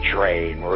Train